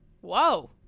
Whoa